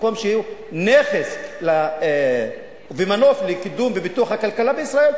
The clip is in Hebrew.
במקום שיהיו נכס ומנוף לקידום ופיתוח הכלכלה בישראל,